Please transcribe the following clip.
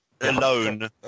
Alone